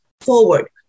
forward